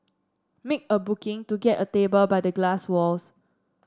make a booking to get a table by the glass walls